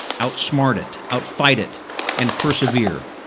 out smart it, out fight it and persevere.